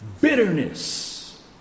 bitterness